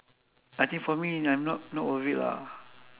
I think for me I'm not not worth it lah